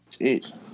Jeez